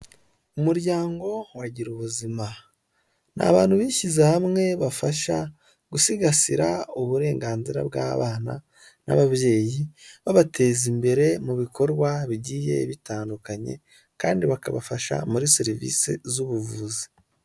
Umuryango wa gira ubuzima. Ni abantu bishyize hamwe bafasha gusigasira uburenganzira bw'abana n'ababyeyi, babateza imbere mu bikorwa bigiye bitandukanye kandi bakabafasha muri serivisi z'ubuvuzi.